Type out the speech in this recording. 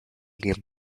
game